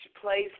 place